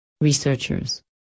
Researchers